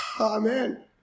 amen